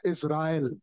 Israel